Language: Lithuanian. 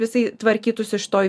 jisai tvarkytųsi šitoj